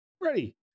ready